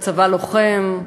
וצבא לוחם.